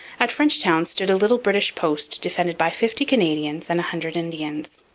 at frenchtown stood a little british post defended by fifty canadians and a hundred indians.